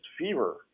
fever